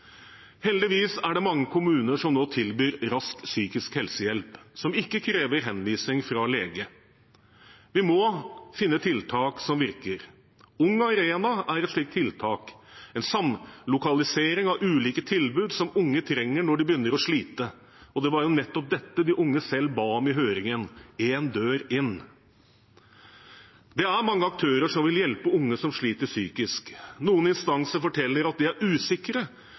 Heldigvis er det mange kommuner som nå tilbyr rask psykisk helsehjelp som ikke krever henvisning fra lege. Vi må finne tiltak som virker. Ung Arena er et slikt tiltak – en samlokalisering av ulike tilbud som unge trenger når de begynner å slite, og det var nettopp dette de unge selv ba om i høringen: én dør inn. Det er mange aktører som vil hjelpe unge som sliter psykisk. Noen instanser forteller at de er usikre